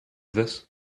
this